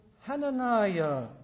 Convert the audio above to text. Hananiah